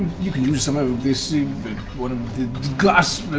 you can use some of this one of the glass,